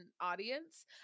audience